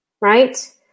right